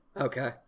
Okay